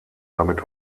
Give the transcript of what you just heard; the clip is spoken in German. damit